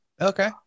Okay